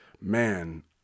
Man